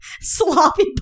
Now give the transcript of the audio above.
sloppy